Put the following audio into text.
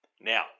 Now